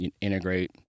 integrate